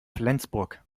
flensburg